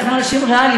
אנחנו אנשים ריאליים,